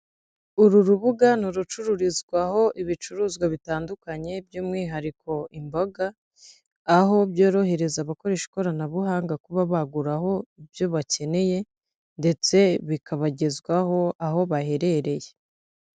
Uru rubuga ni urucururizwaho ibicuruzwa bitandukanye by'umwihariko imboga, aho byorohereza abakoresha ikoranabuhanga kuba baguraraho ibyo bakeneye, ndetse bikabagezwaho aho baherereye.